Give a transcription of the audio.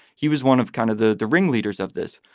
he was one of kind of the the ringleaders of this,